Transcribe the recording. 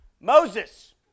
Moses